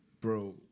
Bro